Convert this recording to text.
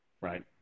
right